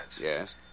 Yes